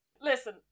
Listen